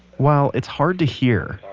while it's hard to hear,